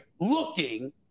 looking